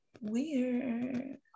weird